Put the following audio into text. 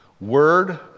Word